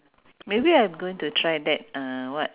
noodle also can rice also can